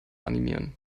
animieren